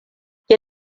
ki